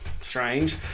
strange